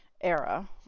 era